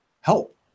help